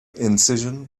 incision